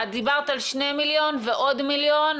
את דיברת על שני מיליון ועוד מיליון.